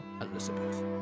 Elizabeth